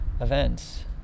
events